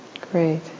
Great